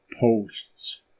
posts